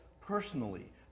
personally